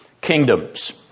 kingdoms